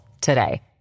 today